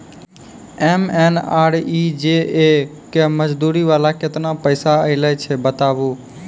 MNREGA के मज़दूरी वाला केतना पैसा आयल छै बताबू?